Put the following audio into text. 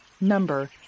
Number